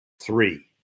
three